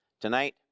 tonight